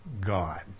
God